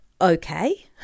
okay